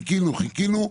חיכינו וחיכינו.